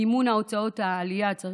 מימון הוצאות העלייה כדוגמת דרכונים,